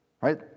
right